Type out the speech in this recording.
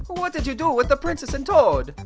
what did you do with the princess and toad?